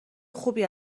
خوبی